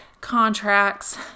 contracts